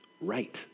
Right